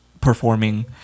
performing